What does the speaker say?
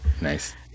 Nice